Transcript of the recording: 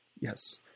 Yes